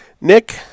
Nick